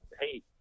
hey